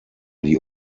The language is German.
die